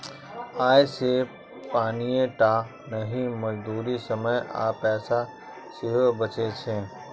अय से पानिये टा नहि, मजदूरी, समय आ पैसा सेहो बचै छै